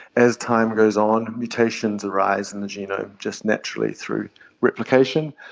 as time goes on, mutations arise in the genome just naturally through replication,